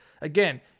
Again